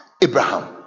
Abraham